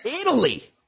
Italy